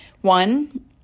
One